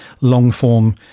long-form